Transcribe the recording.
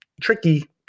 tricky